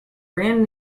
brand